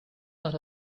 out